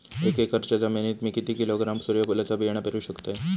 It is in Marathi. एक एकरच्या जमिनीत मी किती किलोग्रॅम सूर्यफुलचा बियाणा पेरु शकतय?